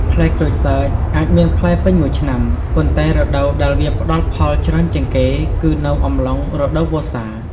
ផ្លែក្រូចសើចអាចមានផ្លែពេញមួយឆ្នាំ ប៉ុន្តែរដូវដែលវាផ្ដល់ផលច្រើនជាងគេគឺនៅអំឡុង រដូវវស្សា។